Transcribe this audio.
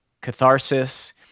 catharsis